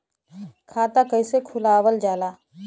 खाता कइसे खुलावल जाला?